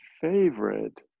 favorite